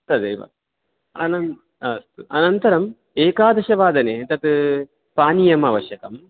तदेव अनन्तरम् एकादशवादने तत् पानीयम् आवश्यकम्